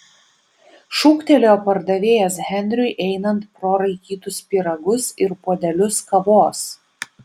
šūktelėjo pardavėjas henriui einant pro raikytus pyragus ir puodelius kavos